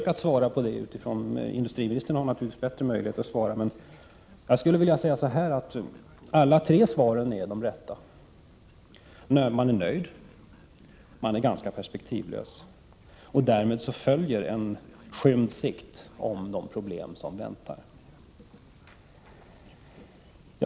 Industriministern har naturligtvis bättre möjligheter att svara på frågan, men jag skulle vilja säga att alla tre svaren är riktiga. Socialdemokraterna är nöjda och ganska perspektivlösa, och därmed följer att sikten är skymd för de problem som väntar.